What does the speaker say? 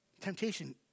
Temptation